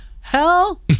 hell